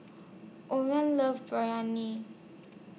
Orris loves Biryani